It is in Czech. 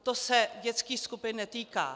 To se dětských skupin netýká.